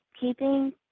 keeping